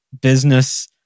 business